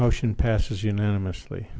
motion passes unanimously